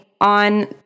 on